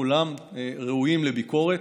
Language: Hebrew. כולם ראויים לביקורת.